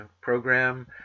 program